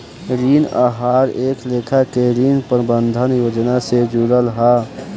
ऋण आहार एक लेखा के ऋण प्रबंधन योजना से जुड़ल हा